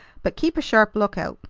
but keep a sharp lookout.